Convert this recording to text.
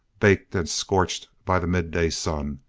baked and scorched by the midday sun,